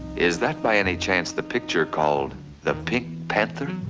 is that by any chance, the picture called the pink panther?